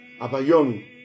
Abayomi